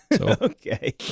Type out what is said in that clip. Okay